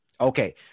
Okay